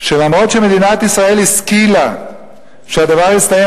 שלמרות שמדינת ישראל השכילה שהדבר יסתיים